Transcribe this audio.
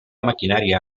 maquinària